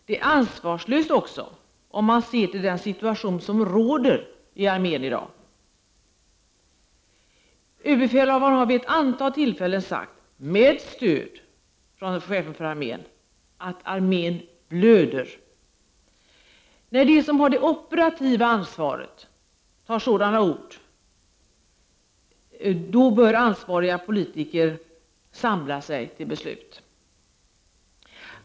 Det är ansvarslöst också, om man ser till den situation som råder i dag inom armén. Överbefälhavaren har vid ett antal tillfällen sagt, med stöd från chefen för armén, att armén blöder. När de som har det operativa ansvaret tar till sådana ord bör ansvariga politiker samla sig till beslut.